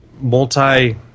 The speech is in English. multi